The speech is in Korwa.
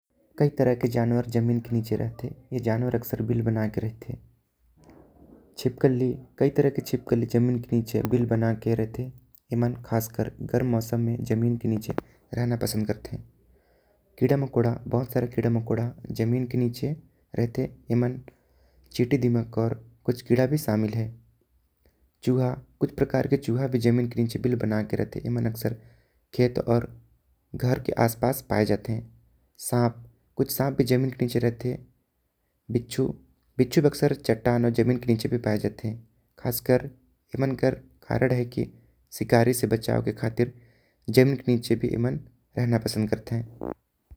कई तरह के जानवर जमीन के नीचे रहते। ए जानवर अक्सर बिल बना के रहते। छिपकली कई तरह के छिपकली जमीन के नीचे बिल बना के रहते। एमन खास कर गरम मौसम में जमीन के नीचे रहना पसंद करते। कीड़ा मकोड़ा बहुत सारे कीड़ा मकोड़ा जमीन के नीचे रहते। एमन चींटी दीमक आऊ कीड़ा भी शामिल है। चूहा कुछ प्रकार के चूहा भी बिल बना के रहते। एमन अक्सर खेत और घर के आस पास पाएं जाते। सांप कुछ सांप भी जमीन के नीचे रहते बिच्छू बिच्छू भी अक्सर चट्टान आऊ। जमीन के नीचे भी पाई जाते खास कर एमन के कारण हे। कि शिकारी से बचाओ के खातिर जमीन के नीचे भी एमन रहना पसंद करते।